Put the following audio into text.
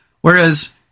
whereas